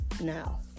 Now